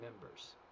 members